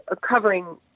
covering